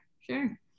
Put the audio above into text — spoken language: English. sure